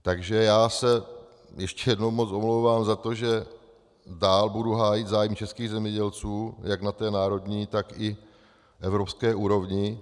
Takže se ještě jednou moc omlouvám za to, že dál budu hájit zájmy českých zemědělců jak na národní, tak i evropské úrovni.